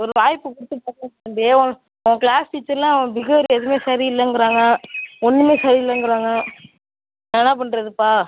ஒரு வாய்ப்பு கொடுத்து பார்த்தேன் தம்பி உன் க்ளாஸ் டீச்சர்லாம் உன் பிஹேவியர் எதுவுமே சரி இல்லைங்குறாங்க ஒன்றுமே சரியில்லங்குறாங்க நான் என்ன பண்ணுறதுப்பா